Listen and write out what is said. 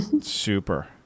Super